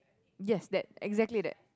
yes that exactly that